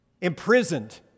imprisoned